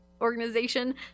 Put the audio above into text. organization